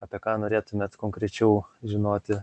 apie ką norėtumėt konkrečiau žinoti